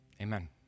Amen